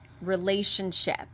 relationship